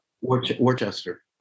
Worcester